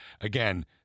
Again